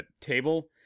table